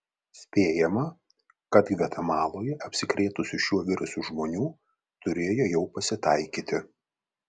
spėjama kad gvatemaloje apsikrėtusių šiuo virusu žmonių turėjo jau pasitaikyti